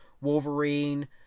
Wolverine